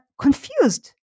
confused